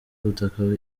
ubutaka